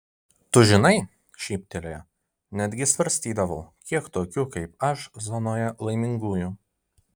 tu žinai šyptelėjo netgi svarstydavau kiek tokių kaip aš zonoje laimingųjų